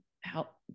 help